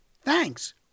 thanks